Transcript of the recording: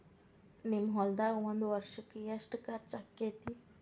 ನಿಮ್ಮ ಹೊಲ್ದಾಗ ಒಂದ್ ವರ್ಷಕ್ಕ ಎಷ್ಟ ಖರ್ಚ್ ಆಕ್ಕೆತಿ?